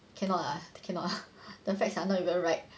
cannot lah cannot lah the facts are not even right